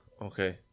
Okay